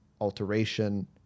alteration